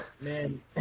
man